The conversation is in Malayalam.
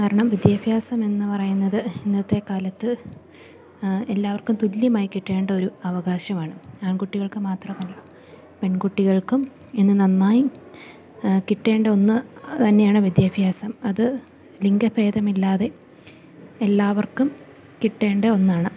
കാരണം വിദ്യാഭ്യാസം എന്ന് പറയുന്നത് ഇന്നത്തെ കാലത്ത് എല്ലാവർക്കും തുല്യമായി കിട്ടേണ്ടൊരു അവകാശമാണ് ആൺകുട്ടികൾക്ക് മാത്രമല്ല പെൺകുട്ടികൾക്കും ഇന്ന് നന്നായി കിട്ടേണ്ട ഒന്ന് തന്നെയാണ് വിദ്യാഭ്യാസം അത് ലിംഗഭേദമില്ലാതെ എല്ലാവർക്കും കിട്ടേണ്ട ഒന്നാണ്